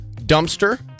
dumpster